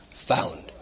found